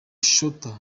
shooter